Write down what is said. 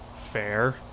Fair